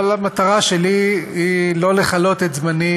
אבל המטרה שלי היא לא לכלות את זמני